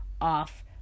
off